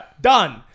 Done